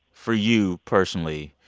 for you personally,